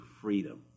freedom